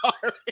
sorry